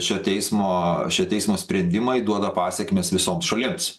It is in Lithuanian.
šio teismo šio teismo sprendimai duoda pasekmes visom šalims